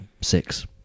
six